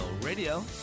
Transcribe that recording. Radio